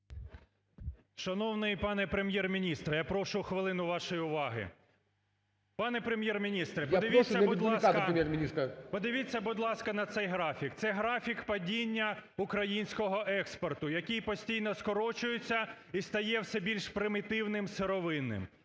Шановний пане Прем'єр-міністре, я прошу хвилину вашої уваги. Пане Прем'єр-міністре, подивіться, будь ласка, на цей графік, це графік падіння українського експорту, який постійно скорочується і стає все більш примітивним, сировинним.